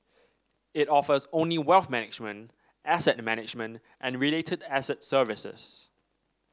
it offers only wealth management asset management and related asset services